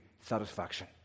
satisfaction